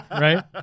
Right